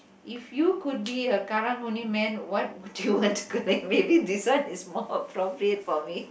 if you could be a Karang-Guni man what would you want to collect maybe this is one more appropriate for me